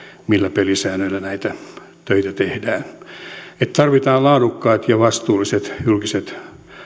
millä pelisäännöillä näitä töitä tehdään eli tarvitaan laadukkaat ja vastuulliset julkiset